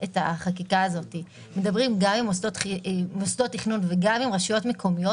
החקיקה הזאת מדברים גם עם מוסדות תכנון וגם עם רשויות מקומיות